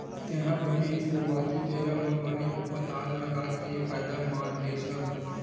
तेहा बने सुरुवाती बेरा म बने पताल लगा के फायदा मार देस गा?